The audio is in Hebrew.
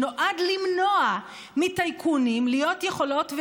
שנועד למנוע מטייקונים להיות יכולות,